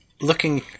looking